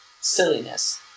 silliness